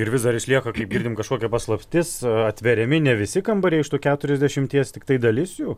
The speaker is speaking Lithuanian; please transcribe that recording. ir vis dar išlieka kaip girdim kažkokia paslaptis atveriami ne visi kambariai iš tų keturiasdešimies tiktai dalis jų